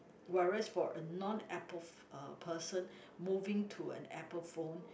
whereas for a non Apple uh person moving to an Apple phone